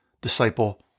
disciple